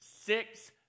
six